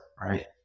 right